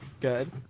good